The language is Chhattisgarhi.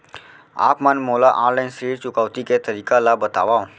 आप मन मोला ऑनलाइन ऋण चुकौती के तरीका ल बतावव?